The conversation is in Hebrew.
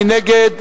מי נגד?